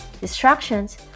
Distractions